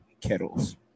kettles